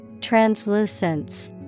Translucence